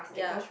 yeah